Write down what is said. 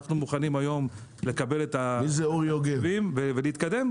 אנחנו מוכנים היום לקבל את המתווים ולהתקדם.